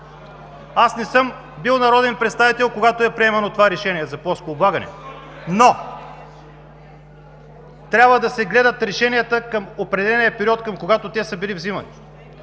Аз не съм бил народен представител, когато е приемано това решение за плоско облагане, но трябва да се гледат решенията към определения период, когато са били взимани.